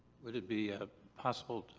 would it be a possible.